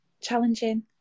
challenging